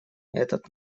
этот